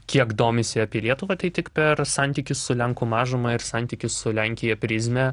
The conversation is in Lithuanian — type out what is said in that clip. kiek domisi apie lietuvą tai tik per santykius su lenkų mažuma ir santykius su lenkija prizmę